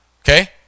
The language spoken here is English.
Okay